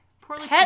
Poorly